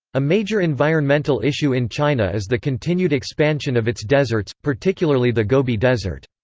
a major environmental issue in china is the continued expansion of its deserts, particularly the gobi desert.